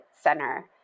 center